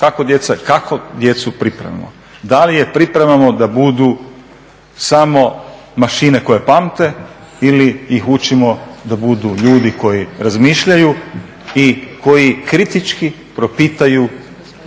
kako djecu pripremamo. Da li je pripremamo da budu samo mašine koje pamte ili ih učimo da budu ljudi koji razmišljaju i koji kritički propitaju